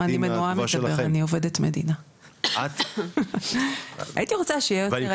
אני עובדת מדינה, הייתי רוצה שיהיה יותר.